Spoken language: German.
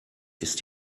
ist